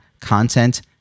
content